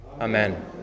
Amen